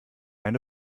eine